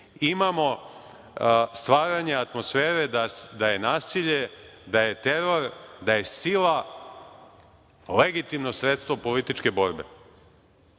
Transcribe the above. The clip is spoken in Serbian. imamo stvaranje atmosfere da je nasilje, da je teror, da je sila legitimno sredstvo političke borbe. To